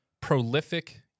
prolific